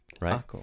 right